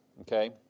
Okay